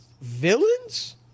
villains